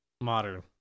Modern